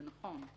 זה נכון.